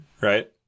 right